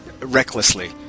recklessly